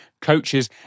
coaches